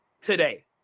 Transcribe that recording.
today